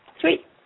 three